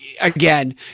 Again